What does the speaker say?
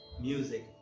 music